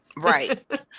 Right